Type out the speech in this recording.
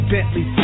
Bentley